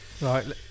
right